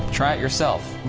try it yourself.